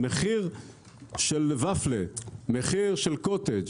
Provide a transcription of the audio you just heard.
מחיר ופל, מחיר של קוטג',